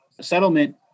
settlement